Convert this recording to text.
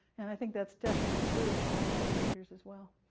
and i think that's definitely true for all the navigators as well.